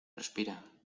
respira